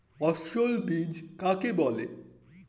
অসস্যল বীজ কাকে বলে?